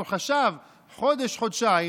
הוא חשב: חודש-חודשיים,